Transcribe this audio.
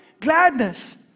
gladness